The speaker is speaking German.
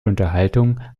unterhaltung